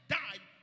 died